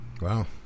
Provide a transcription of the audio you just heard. Wow